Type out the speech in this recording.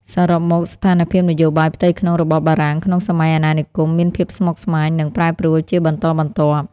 សរុបមក ស្ថានភាពនយោបាយផ្ទៃក្នុងរបស់បារាំងក្នុងសម័យអាណានិគម មានភាពស្មុគស្មាញ និងប្រែប្រួលជាបន្តបន្ទាប់។